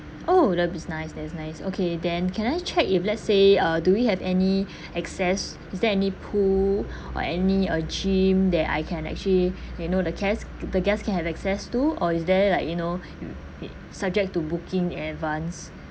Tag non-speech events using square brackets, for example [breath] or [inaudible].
oh that's be nice that's nice okay then can I check if let's say uh do we have any [breath] access is there any pool or any uh gym that I can actually you know the guest the guest can have access to or is there like you know it subject to booking in advance